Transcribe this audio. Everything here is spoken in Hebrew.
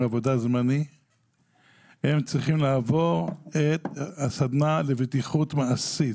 הם צריכים לעבור את הסדנה לבטיחות מעשית.